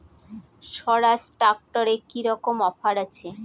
স্বরাজ ট্র্যাক্টরে কি রকম অফার আছে?